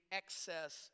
excess